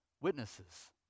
witnesses